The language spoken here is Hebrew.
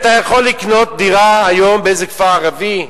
אתה יכול לקנות דירה היום באיזה כפר ערבי?